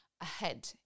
ahead